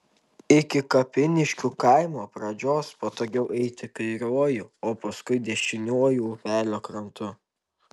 iki kapiniškių kaimo pradžios patogiau eiti kairiuoju o paskui dešiniuoju upelio krantu